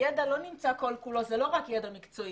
וזה לא רק ידע מקצועי.